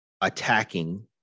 attacking